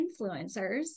influencers